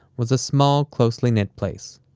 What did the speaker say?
was a small, closely-knit place.